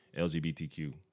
LGBTQ